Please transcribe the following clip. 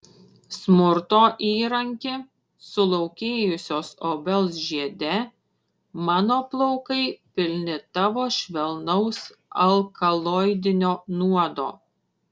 smurto įranki sulaukėjusios obels žiede mano plaukai pilni tavo švelnaus alkaloidinio nuodo